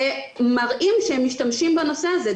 שמראים שהם משתמשים בנושא הזה.